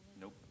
Nope